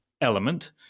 element